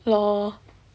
L_O_L